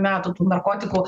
metų tų narkotikų